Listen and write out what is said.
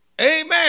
Amen